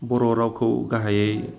बर' रावखौ गाहायै